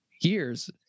years